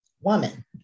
woman